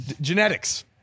genetics